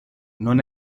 non